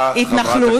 התנחלות,